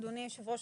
אדוני היושב ראש,